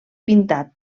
pintat